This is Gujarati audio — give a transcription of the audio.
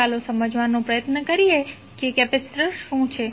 ચાલો સમજવાનો પ્રયત્ન કરીએ કે કેપેસિટર શું છે